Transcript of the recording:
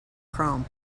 chrome